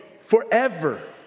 forever